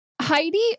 Heidi